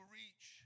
reach